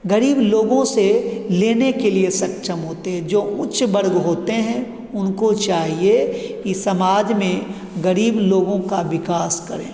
गरीब लोगों से लेने के लिए सक्षम होते हैं जो उच्च वर्ग होते हैं उनको चाहिए कि समाज में गरीब लोगों का विकास करें